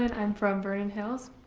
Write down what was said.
and i'm from vernon hills.